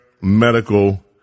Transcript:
medical